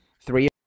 three